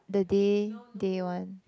the day day one